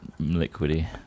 liquidy